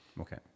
okay